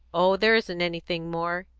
oh, there isn't anything more.